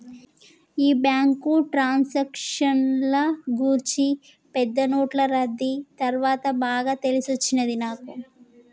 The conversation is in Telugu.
ఈ బ్యాంకు ట్రాన్సాక్షన్ల గూర్చి పెద్ద నోట్లు రద్దీ తర్వాత బాగా తెలిసొచ్చినది నాకు